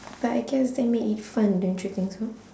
but I guess that make it fun don't you think so